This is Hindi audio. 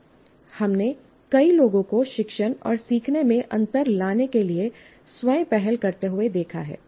हमने कई लोगों को शिक्षण और सीखने में अंतर लाने के लिए स्वयं पहल करते हुए देखा है